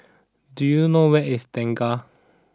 do you know where is Tengah